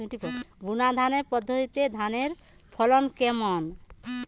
বুনাধানের পদ্ধতিতে ধানের ফলন কেমন?